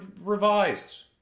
revised